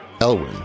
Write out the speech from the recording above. Elwin